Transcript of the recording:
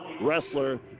wrestler